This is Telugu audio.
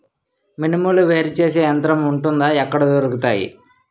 మినుములు వేరు చేసే యంత్రం వుంటుందా? ఎక్కడ దొరుకుతాయి?